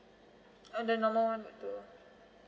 uh the normal one will do